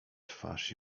twarz